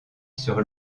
sur